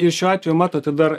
ir šiuo atveju matote dar